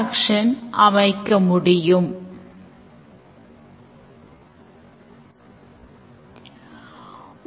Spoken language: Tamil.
சில நேரங்களில் இந்த செயல்பாடு தொகையை உள்ளீடு செய்த பிறகு தொடர்கிறது மற்றும் சில நேரங்களில் கணக்கில் போதுமான இருப்பு இல்லை என்று கூறி அது முடிவடைகிறது